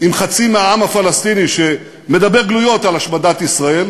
עם חצי מהעם הפלסטיני שמדבר גלויות על השמדת ישראל,